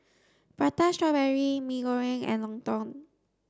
Prata strawberry Mee Goreng and Lontong